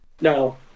No